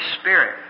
Spirit